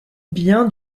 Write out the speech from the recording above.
bien